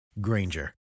Granger